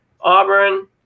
Auburn